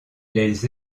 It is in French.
les